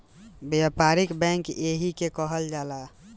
व्यापारिक बैंक एही के कहल जाला